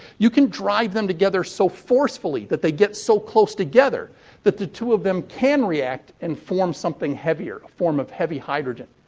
you can drive them together so forcefully that they get so close together that the two of them can react and form something heavier. a form of heavy hydrogen.